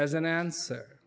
as an answer